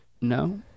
No